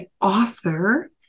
author